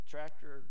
Tractor